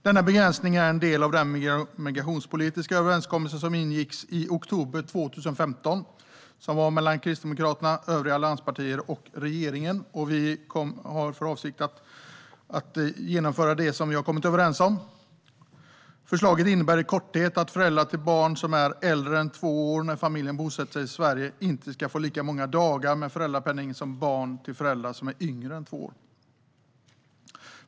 Denna begränsning är en del av den migrationspolitiska överenskommelse som ingicks i oktober 2015 mellan Kristdemokraterna, de övriga allianspartierna och regeringen. Vi har för avsikt att genomföra det som vi har kommit överens om. Förslaget innebär i korthet att föräldrar till barn som är äldre än två år när familjen bosätter sig i Sverige inte ska få lika många dagar med föräldrapenning som föräldrar till barn som är yngre än två år.